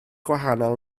gwahanol